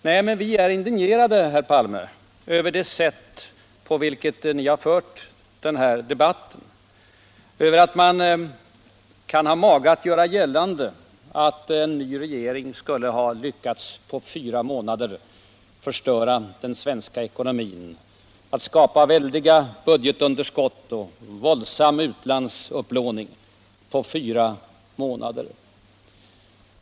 Nej, men vi är indignerade, herr Palme, över det sätt på vilket ni för den här debatten, över att ni kan ha mage att göra gällande att en ny regering skulle ha lyckats att på fyra månader förstöra den svenska ekonomin, att på fyra månader skapa väldiga budgetunderskott och våldsam utlandsupplåning.